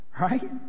right